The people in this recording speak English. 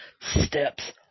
steps